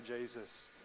Jesus